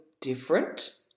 different